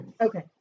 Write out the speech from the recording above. Okay